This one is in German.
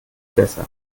besser